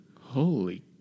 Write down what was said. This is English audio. Holy